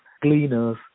cleaners